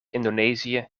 indonesië